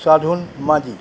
সাধন মাজি